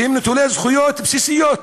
שהם נטולי זכויות בסיסיות,